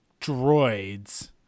droids